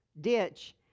ditch